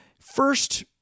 First